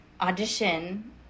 audition